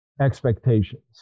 expectations